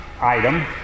item